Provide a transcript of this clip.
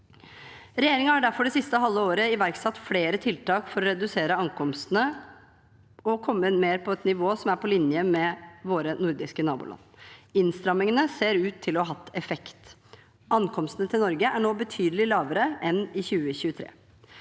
Regjeringen har derfor det siste halve året iverksatt flere tiltak for å redusere ankomstene og komme mer på et nivå som er på linje med våre nordiske naboland. Innstramningene ser ut til å ha hatt effekt. Ankomstene til Norge er nå betydelig lavere enn i 2023.